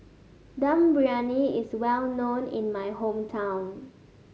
Dum Briyani is well known in my hometown